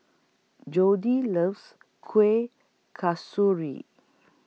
Jody loves Kuih Kasturi